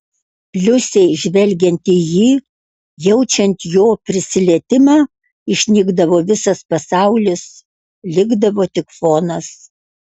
liusei žvelgiant į jį jaučiant jo prisilietimą išnykdavo visas pasaulis likdavo tik fonas